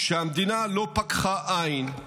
שהמדינה לא פקחה עין,